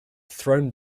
thrown